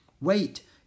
Wait